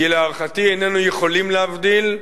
כי להערכתי איננו יכולים להבדיל,